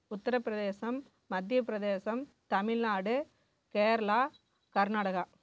Uttar Pradesh Madhya Pradesh Tamil Nadu Kerala Karnataka